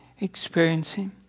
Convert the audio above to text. experiencing